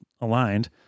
aligned